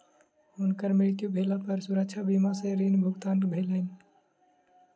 हुनकर मृत्यु भेला पर सुरक्षा बीमा सॅ ऋण भुगतान भेलैन